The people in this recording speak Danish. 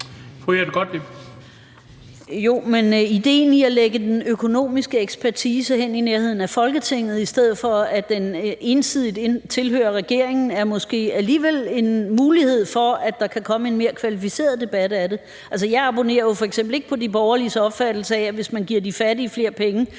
idéen i at lægge den økonomiske ekspertise hen i nærheden af Folketinget, i stedet for at den ensidigt er under regeringen, er jo, at det måske alligevel giver en mulighed for, at der kan komme en mere kvalificeret debat. Altså, jeg abonnerer jo f.eks. ikke på de borgerliges opfattelse af, at hvis man giver de fattige flere penge,